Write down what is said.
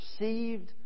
received